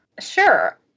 Sure